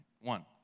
One